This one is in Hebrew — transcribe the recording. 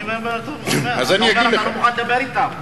אתה אומר שאתה לא מוכן לדבר אתם,